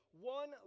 one